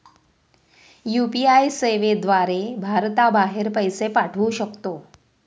UPI सेवेद्वारे भारताबाहेर पैसे पाठवू शकतो